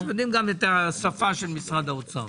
אתם יודעים גם את השפה של משרד האוצר.